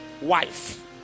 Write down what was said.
wife